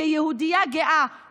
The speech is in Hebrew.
כיהודייה גאה,